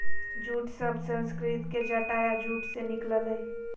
jute शब्द संस्कृत के जटा या जूट से निकलल हइ